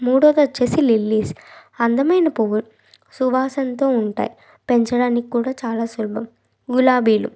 మూడోదొచ్చేసి lilies అందమైన పువ్వు సువాసనతో ఉంటాయి పెంచడానికి కూడా చాలా సులభం గులాబీలు